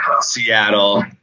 Seattle